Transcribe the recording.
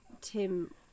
Tim